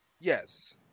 Yes